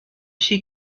she